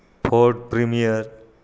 ford premier